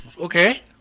okay